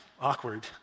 awkward